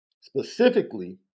specifically